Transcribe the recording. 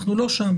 אנחנו לא שם.